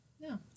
No